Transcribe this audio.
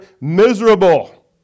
miserable